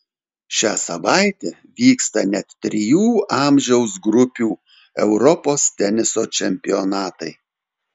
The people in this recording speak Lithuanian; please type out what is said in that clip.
šią savaitę vyksta net trijų amžiaus grupių europos teniso čempionatai